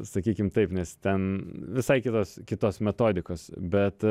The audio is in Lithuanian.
sakykim taip nes ten visai kitos kitos metodikos bet